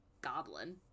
goblin